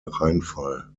reinfall